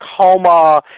coma